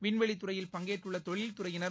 விண்வெளி துறையில் பங்கேற்றுள்ள தொழில்துறையினர்